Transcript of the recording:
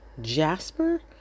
Jasper